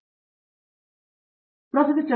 professor S